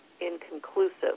inconclusive